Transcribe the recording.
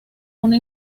una